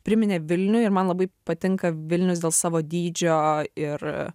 priminė vilnių ir man labai patinka vilnius dėl savo dydžio ir